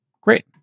Great